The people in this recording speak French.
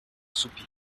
soupir